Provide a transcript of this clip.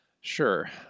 Sure